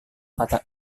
kata